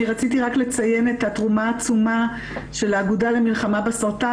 רציתי רק לציין את התרומה העצומה של האגודה למלחמה בסרטן,